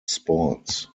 sports